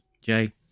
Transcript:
Jay